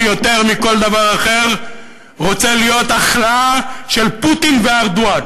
שיותר מכל דבר אחר רוצה להיות הכלאה של פוטין וארדואן,